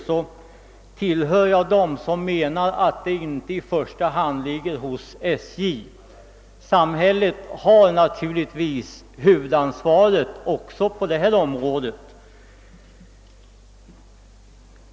Jag tillhör dem som menar att det inte i första hand ligger hos SJ; samhället har naturligtvis huvudansvaret också på detta område.